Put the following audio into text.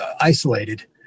isolated